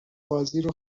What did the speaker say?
بازیرو